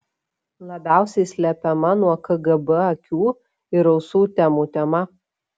labiausiai slepiama nuo kgb akių ir ausų temų tema